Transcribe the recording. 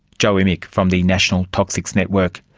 jo immig from the national toxics network.